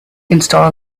install